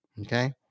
Okay